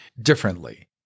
differently